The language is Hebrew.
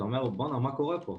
אתה שואל את עצמך: מה קורה פה?